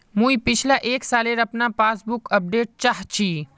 मुई पिछला एक सालेर अपना पासबुक अपडेट चाहची?